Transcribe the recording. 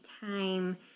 time